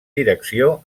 direcció